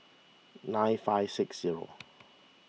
nine five six zero